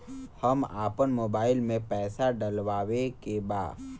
हम आपन मोबाइल में पैसा डलवावे के बा?